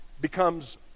becomes